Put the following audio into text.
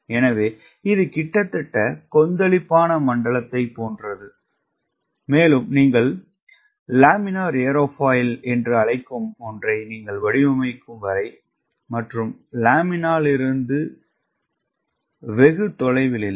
எனவே இது கிட்டத்தட்ட கொந்தளிப்பான மண்டலத்தைப் போன்றது மேலும் நீங்கள் லேமினார் ஏரோஃபாயில் என்று அழைக்கும் ஒன்றை நீங்கள் வடிவமைக்கும் வரை மற்றும் லேமினாரிலிருந்து வெகு தொலைவில் இல்லை